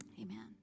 Amen